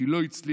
כי לא הצליחו,